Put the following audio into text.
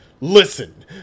Listen